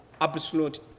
absolute